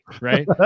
right